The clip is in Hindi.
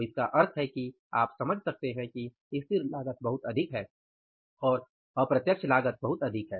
तो इसका मतलब है कि आप समझ सकते हैं कि स्थिर लागत बहुत अधिक है और अप्रत्यक्ष लागत बहुत अधिक है